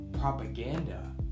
propaganda